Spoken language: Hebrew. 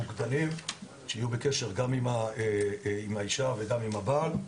מוקדים שיהיו בקשר גם עם האישה וגם עם הבעל.